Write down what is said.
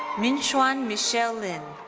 min-hsuan michelle lin.